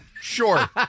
Sure